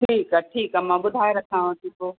ठीकु आहे ठीकु आहे मां ॿुधाए रखांव थी पोइ